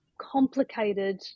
complicated